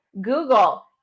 Google